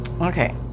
Okay